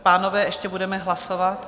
Pánové, ještě budeme hlasovat.